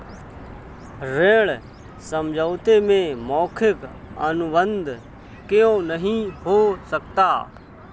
ऋण समझौते में मौखिक अनुबंध क्यों नहीं हो सकता?